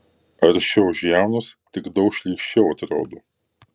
aršiau už jaunus tik daug šlykščiau atrodo